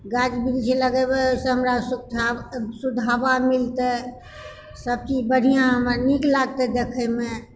गाछ वृक्ष लगेबै ओहिसॅं हमरा शुद्ध हवा मिलतै सबचीज बढ़िऑं हमरा नीक लागतै देखय मे